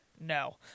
No